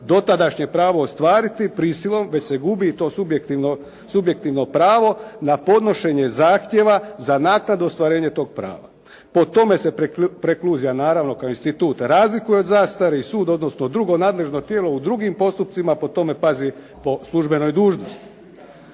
dotadašnje pravo ostvariti prisilom, već se gubi i to subjektivno pravo na podnošenje zahtjeva za naknadno ostvarenje tog prava. Po tome se prekluzija naravno kao institut razlikuje od zastare i sud odnosno drugo nadležno tijelo u drugim postupcima po tome pazi po službenoj dužnosti.